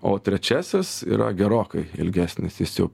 o trečiasis yra gerokai ilgesnis jis jau